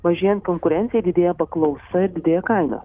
mažėjant konkurencijai didėja paklausa ir didėja kaina